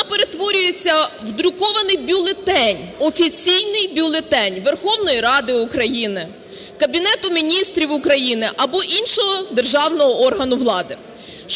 вона перетворюється в друкований бюлетень, офіційний бюлетень Верховної Ради України, Кабінету Міністрів України або іншого державного органу влади.